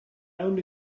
only